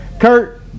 Kurt